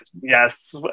Yes